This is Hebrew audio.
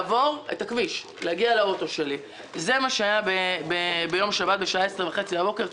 זה מה שהיה בשבת בשעה 10:30 בבוקר,